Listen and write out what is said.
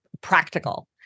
practical